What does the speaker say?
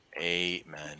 Amen